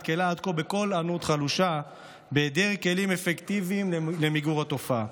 נעשה עד כה בקול ענות חלושה בהיעדר כלים אפקטיביים למיגור התופעה.